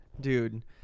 dude